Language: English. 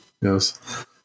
Yes